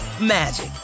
magic